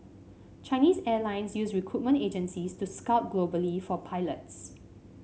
Chinese Airlines use recruitment agencies to scout globally for pilots